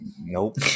Nope